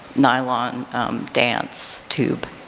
nylon dance tube?